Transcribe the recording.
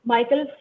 Michael